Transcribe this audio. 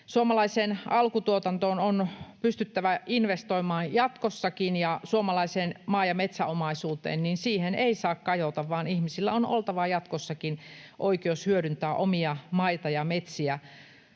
Suomalaiseen alkutuotantoon on pystyttävä investoimaan jatkossakin. Suomalaiseen maa- ja metsäomaisuuteen ei saa kajota, vaan ihmisillä on oltava jatkossakin oikeus hyödyntää omia maitaan ja metsiään.